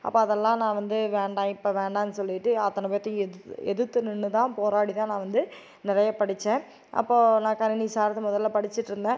அப்போ அதெல்லாம் நான் வந்து வேண்டாம் இப்போ வேண்டான்னு சொல்லிவிட்டு அத்தனை பேர்த்தையும் எதிர்த் எதிர்த்து நின்று தான் போராடி தான் நான் வந்து நிறைய படித்தேன் அப்போ நான் கணினி சார்ந்து இதெல்லாம் படிச்சிகிட்டு இருந்தேன்